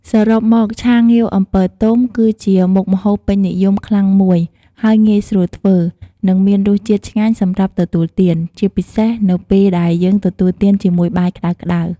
សរុបមក ឆាងាវអំពិលទុំ គឺជាមុខម្ហូបពេញនិយមខ្លាំងមួយ ហើយងាយស្រួលធ្វើ និងមានរសជាតិឆ្ងាញ់សម្រាប់ទទួលទាន ជាពិសេសនៅពេលដែលយើងទទួលទានជាមួយបាយក្ដៅៗ។